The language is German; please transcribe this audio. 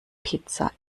pizza